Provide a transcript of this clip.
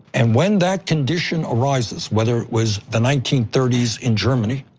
and when that condition arises, whether it was the nineteen thirty s in germany,